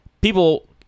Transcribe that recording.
people